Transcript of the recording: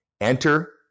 Enter